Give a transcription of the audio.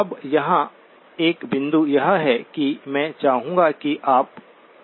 अब यहाँ एक बिंदु यह है कि मैं चाहूंगा की आप नोट करें